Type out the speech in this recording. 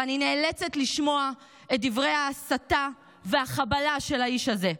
ואני נאלצת לשמוע את דברי ההסתה והחבלה של האיש הזה,